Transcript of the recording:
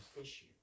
issue